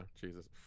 Jesus